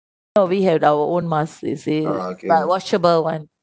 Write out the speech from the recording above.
well we had our own mask you see but washable one